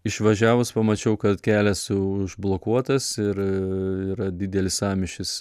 išvažiavus pamačiau kad kelias užblokuotas ir yra didelis sąmyšis